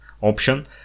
option